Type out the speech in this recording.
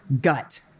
gut